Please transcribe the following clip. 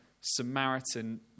Samaritan